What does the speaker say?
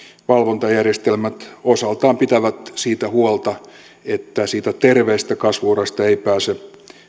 valvontajärjestelmät osaltaan pitävät siitä huolta että siitä terveestä kasvu urasta ei pääse